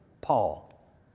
Paul